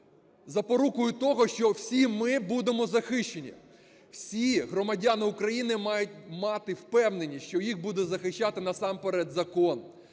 запорукою того, що всі ми будемо захищені. Всі громадяни України мають мати впевненість, що їх буде захищати насамперед закон.